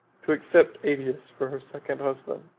to accept aetius for her second husband.